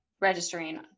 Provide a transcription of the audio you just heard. registering